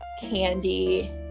Candy